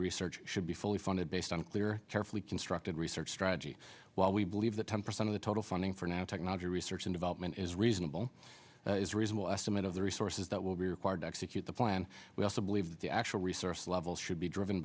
research should be fully funded based on a clear carefully constructed research strategy while we believe that ten percent of the total funding for now technology research in development is reasonable is a reasonable estimate of the resources that will be required to execute the plan we also believe that the actual resource level should be driven